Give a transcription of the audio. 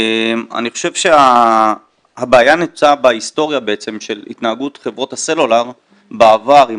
אני חושב שהבעיה נעוצה בהיסטוריה של התנהגות חברות הסלולר בעבר עם